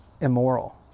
immoral